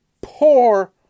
poor